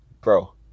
bro